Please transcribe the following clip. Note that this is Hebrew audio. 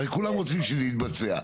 הרי כולם רוצים שזה יתבצע.